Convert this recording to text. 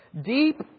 Deep